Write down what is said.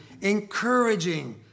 Encouraging